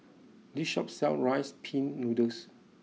this shop sells Rice Pin Noodles